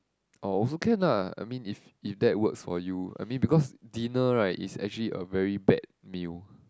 oh also can lah I mean if if that works for you I mean because dinner right is actually a very bad meal